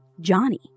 Johnny